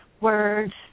words